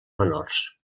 menors